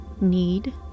need